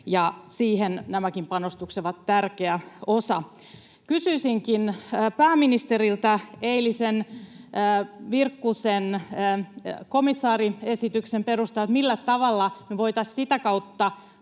siihen nämäkin panostukset ovat tärkeä osa. Kysyisinkin pääministeriltä eilisen Virkkusen komissaariesityksen perusteella, millä tavalla me voitaisiin sitä kautta